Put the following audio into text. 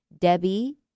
Debbie